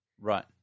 Right